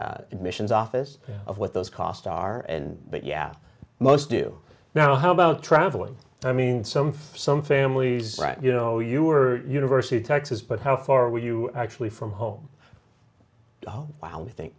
admissions office of what those costs are and but yeah most do now how about traveling i mean some for some families you know you were university of texas but how far would you actually from home oh wow i think